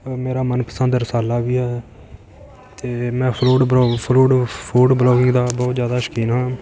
ਮੇਰਾ ਮਨਪਸੰਦ ਰਸਾਲਾ ਵੀ ਆ ਅਤੇ ਮੈਂ ਫਰੂਟ ਬਲੋ ਫਰੂਟ ਫੂਡ ਬਲੋਗਿੰਗ ਦਾ ਬਹੁਤ ਜ਼ਿਆਦਾ ਸ਼ੌਕੀਨ ਹਾਂ